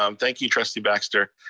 um thank you trustee baxter.